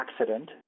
accident